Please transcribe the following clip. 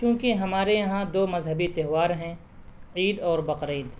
چوں کہ ہمارے یہاں دو مذہنی تہوار ہیں عید اور بقرہ عید